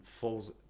falls